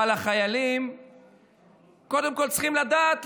אבל החיילים צריכים לדעת,